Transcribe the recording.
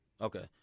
Okay